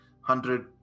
hundred